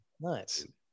Nice